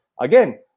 again